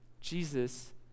Jesus